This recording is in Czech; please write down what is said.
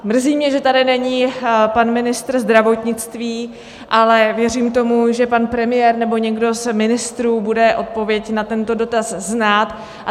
Mrzí mě, že tady není pan ministr zdravotnictví, ale věřím tomu, že pan premiér nebo někdo z ministrů bude odpověď na tento dotaz znát.